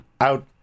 out